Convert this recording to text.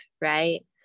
right